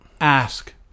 ask